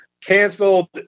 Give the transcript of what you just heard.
canceled